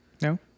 No